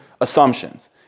assumptions